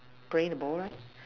playing the ball right